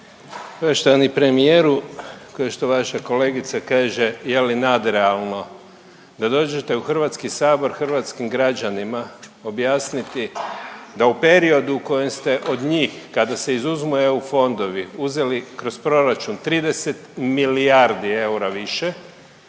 Poštovani premijeru kao što vaša kolegica kaže je li nadrealno da dođete u Hrvatski sabor hrvatskim građanima objasniti da u periodu u kojem ste od njih kada se izuzmu EU fondovi uzeli kroz proračun 30 milijardi eura više,